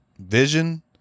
vision